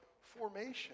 formation